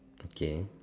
okay